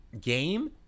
game